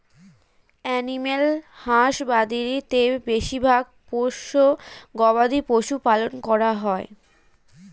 animal husbandry তে বেশিরভাগ পোষ্য গবাদি পশু পালন করা হয়